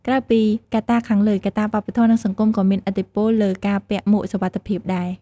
ក្រៅពីកត្តាខាងលើ កត្តាវប្បធម៌ និងសង្គមក៏មានឥទ្ធិពលលើការពាក់មួកសុវត្ថិភាពដែរ។